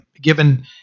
given